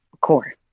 core